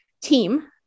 team